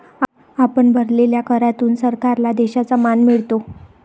आपण भरलेल्या करातून सरकारला देशाचा मान मिळतो